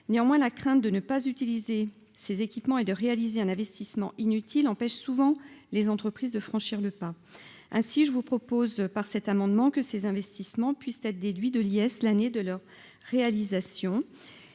néanmoins la crainte de ne pas utiliser ses équipements et de réaliser un investissement inutile empêchent souvent les entreprises de franchir le pas, ainsi, je vous propose par cet amendement que ces investissements puissent être déduits de liesse l'année de leur réalisation,